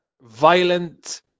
violent